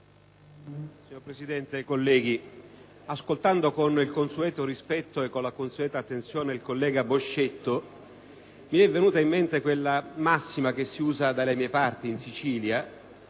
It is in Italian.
Signor Presidente, colleghi, ascoltando con il consueto rispetto e con la dovuta attenzione il senatore Boscetto, mi è venuto in mente quel modo di dire che si usa dalle mie parti, in Sicilia,